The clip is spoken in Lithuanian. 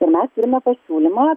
ir mes turime pasiūlymą